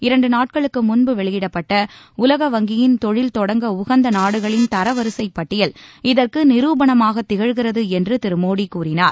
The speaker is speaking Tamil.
இரண்டு நாட்களுக்கு முன்பு வெளியிடப்பட்ட உலக வங்கியின் தொழில் தொடங்க உகந்த நாடுகளின் தரவரிசைப் பட்டியல் இதற்கு நிருபணமாக திகழ்கிறது என்று திரு மோடி கூறினார்